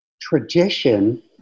tradition